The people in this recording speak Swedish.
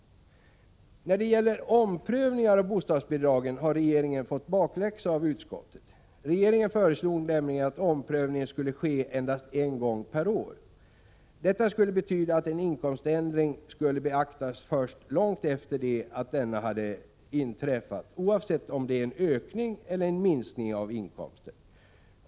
När det gäller omprövningar av bostadsbidragen har regeringen fått bakläxa av utskottet. Regeringen föreslog nämligen att omprövningen skulle ske endast en gång per år. Detta skulle betyda att en inkomständring skulle beaktas först långt efter det att den hade inträffat, oavsett om det var fråga om en ökning eller en minskning av inkomsten.